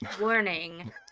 Warning